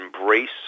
embrace